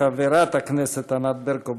חברת הכנסת ענת ברקו,